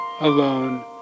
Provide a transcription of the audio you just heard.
alone